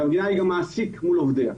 והמדינה היא גם מעסיק מול עובדיה.